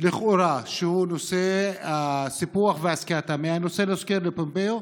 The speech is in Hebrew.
לכאורה, הוא נושא הסיפוח ועסקת המאה,